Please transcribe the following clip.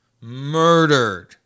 Murdered